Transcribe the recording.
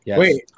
wait